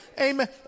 amen